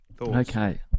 Okay